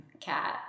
cat